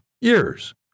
years